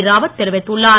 ராவத் தெரிவித்துள்ளார்